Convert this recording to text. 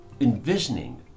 envisioning